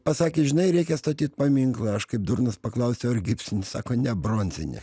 pasakė žinai reikia statyt paminklą aš kaip durnas paklausiau ar gipsinį sako ne bronzinį